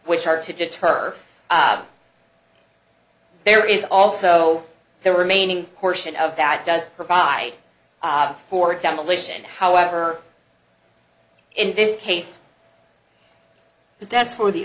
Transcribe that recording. which are to deter there is also there were maining portion of that does provide poor demolition however in this case that's for the